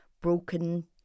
broken